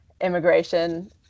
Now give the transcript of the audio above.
immigration